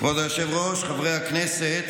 כבוד היושב-ראש, חברי הכנסת,